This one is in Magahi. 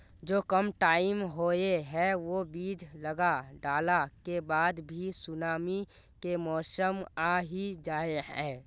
जो कम टाइम होये है वो बीज लगा डाला के बाद भी सुनामी के मौसम आ ही जाय है?